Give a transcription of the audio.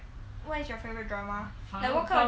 what is your favourite drama like what kind of genre